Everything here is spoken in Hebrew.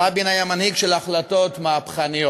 רבין היה מנהיג של החלטות מהפכניות.